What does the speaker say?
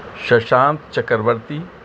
Sushant Chakraborty